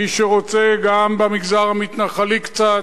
מי שרוצה, גם במגזר המתנחלי קצת.